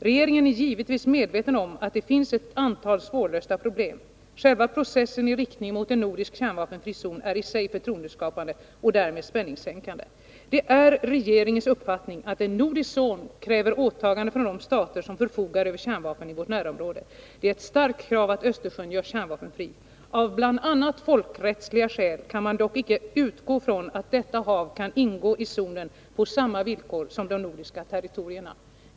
Regeringen är givetvis medveten om att det finns ett antal svårlösta problem. Själva processen i riktning mot en nordisk kärnvapenfri zon är i sig förtroendeskapande och därmed spänningssänkande. Det är regeringens uppfattning att en nordisk zon kräver åtaganden från de stater som förfogar över kärnvapen i vårt närområde. Det är ett starkt krav att Östersjön görs kärnvapenfri. Av bl.a. folkrättsliga skäl kan man dock icke utgå från att detta hav kan ingå i zonen på samma villkor som de nordiska territorierna.